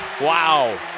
Wow